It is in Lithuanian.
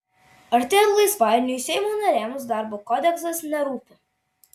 artėjant laisvadieniui seimo nariams darbo kodeksas nerūpi